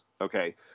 Okay